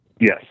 Yes